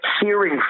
hearing